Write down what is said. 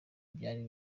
byari